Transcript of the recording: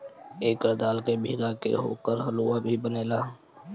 एकर दाल के भीगा के ओकर हलुआ भी बनेला